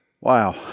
Wow